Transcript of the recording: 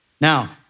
Now